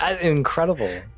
Incredible